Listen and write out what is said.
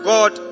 God